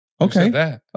Okay